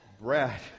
Brad